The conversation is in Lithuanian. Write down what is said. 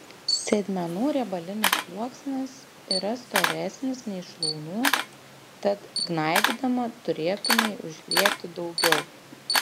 sėdmenų riebalinis sluoksnis yra storesnis nei šlaunų tad gnaibydama turėtumei užgriebti daugiau